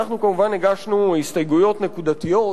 הגשנו כמובן הסתייגויות נקודתיות,